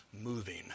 moving